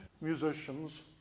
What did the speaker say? musicians